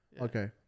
Okay